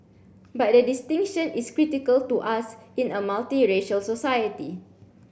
but the distinction is critical to us in a multiracial society